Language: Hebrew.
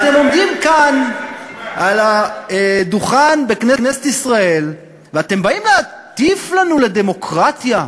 אתם עומדים כאן על הדוכן בכנסת ישראל ואתם באים להטיף לנו לדמוקרטיה.